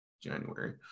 January